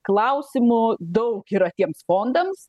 klausimų daug yra tiems fondams